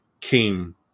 came